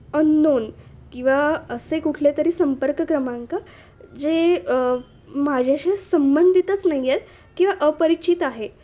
unknown किंवा असे कुठले तरी संपर्क क्रमांक जे माझ्याशी संबंधितच नाही आहेत किंवा अपरिचित आहे